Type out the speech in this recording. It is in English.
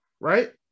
right